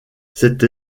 cette